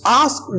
ask